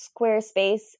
Squarespace